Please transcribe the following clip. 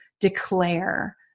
declare